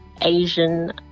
asian